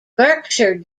berkshire